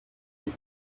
gihe